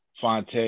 Fonte